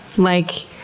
like,